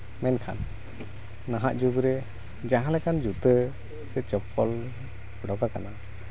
ᱢᱮᱱᱠᱷᱟᱱ ᱱᱟᱦᱟᱜ ᱡᱩᱜᱽ ᱨᱮ ᱡᱟᱦᱟᱸ ᱞᱮᱠᱟᱱ ᱡᱩᱛᱟᱹ ᱥᱮ ᱪᱚᱯᱯᱚᱞ ᱱᱚᱝᱠᱟ ᱠᱟᱱᱟ